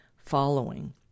following